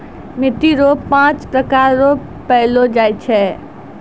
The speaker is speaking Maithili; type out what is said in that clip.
मिट्टी रो पाँच प्रकार रो पैलो जाय छै